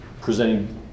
presenting